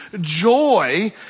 joy